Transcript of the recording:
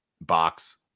box